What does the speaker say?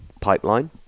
pipeline